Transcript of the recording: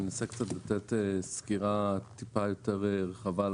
אני אנסה לתת סקירה טיפה יותר רחבה.